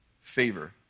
favor